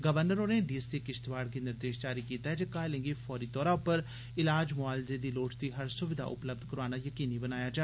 राज्यपाल होरें D C Kishtwar गी निर्देश जारी कीता ऐ जे जख्मिए गी फौरी तौरा पर इलाज मोआलजे दी लोड़चदी हर सुविधा उपलब्ध कराना जकीनी बनाया जा